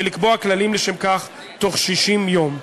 ולקבוע כללים לשם כך תוך 60 יום.